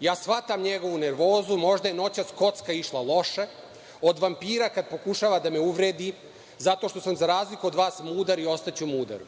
ja shvatam njegovu nervozu, možda je noćas kocka išla loše, od vampira kada pokušava da me uvredi zato što sam, za razliku od vas, mudar i ostaću mudar,